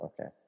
okay